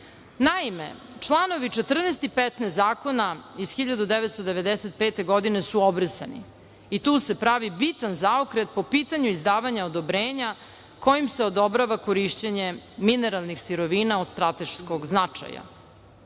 godine. Naime, članovi 14. i 15. zakona iz 1995. godine su obrisani i tu se pravi bitan zaokret po pitanju izdavanja odobrenja kojim se odobrava korišćenje mineralnih sirovina od strateškog značaja.